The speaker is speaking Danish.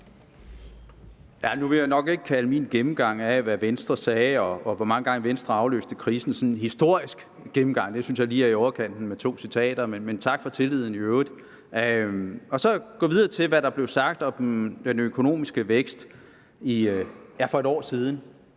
Nu vil jeg nok ikke kalde min gennemgang af, hvad Venstre sagde, og hvor mange gange Venstre aflyste krisen, for en historisk gennemgang. Det synes jeg er lige i overkanten i forhold til to citater, men i øvrigt tak for tilliden. Så vil jeg gå videre til, hvad der blev sagt om den økonomiske vækst for et år siden,